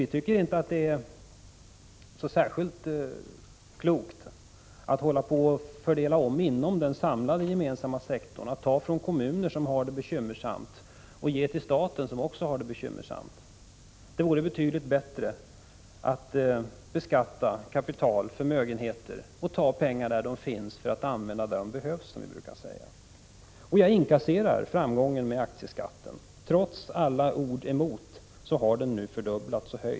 Vi tycker inte att det är särskilt klokt att fördela om inom den samlade gemensamma sektorn, att ta från kommuner som har det bekymmersamt och ge till staten, som också har det bekymmersamt. Det vore betydligt bättre att beskatta kapital och förmögenheter, ta pengarna där de finns för att använda dem där de behövs, som vi brukar säga. Jag inkasserar framgången med aktieskatten. Trots alla ord emot har aktieskatten nu fördubblats.